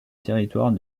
territoire